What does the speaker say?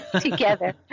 together